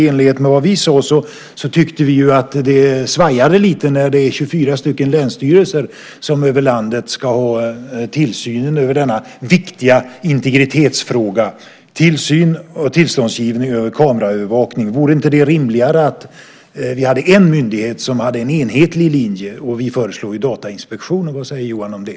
Vi tycker att det svajar lite när det är 24 länsstyrelser över landet som ska ha tillsyn över denna viktiga integritetsfråga, tillsyn över och tillståndsgivning för kameraövervakning. Vore det inte rimligare att vi hade en myndighet som hade en enhetlig linje? Vi föreslår ju Datainspektionen. Vad säger Johan om det?